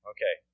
Okay